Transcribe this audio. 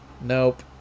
Nope